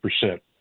percent